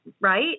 right